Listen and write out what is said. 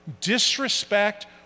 disrespect